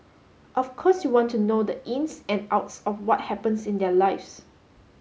of course you want to know the ins and outs of what happens in their lives